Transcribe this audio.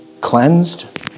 cleansed